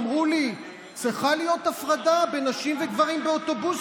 אמרו לי: צריכה להיות הפרדה בין נשים לגברים באוטובוסים,